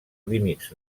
límits